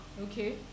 Okay